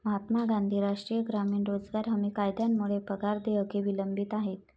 महात्मा गांधी राष्ट्रीय ग्रामीण रोजगार हमी कायद्यामुळे पगार देयके विलंबित आहेत